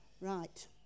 Right